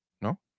No